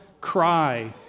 cry